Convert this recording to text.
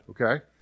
okay